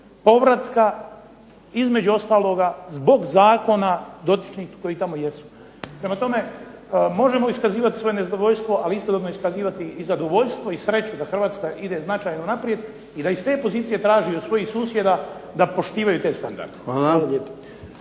povratka između ostaloga zbog zakona dotičnih koji tamo jesu. Prema tome, možemo iskazivati svoje nezadovoljstvo, ali istodobno iskazivati i zadovoljstvo i sreću da Hrvatska ide značajno naprijed, i da iz te pozicije traži od svojih susjeda da poštivaju te standarde.